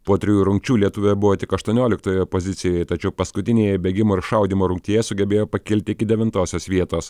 po trijų rungčių lietuvė buvo tik aštuonioliktojoje pozicijoje tačiau paskutinėje bėgimo ir šaudymo rungtyje sugebėjo pakilti iki devintosios vietos